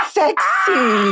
sexy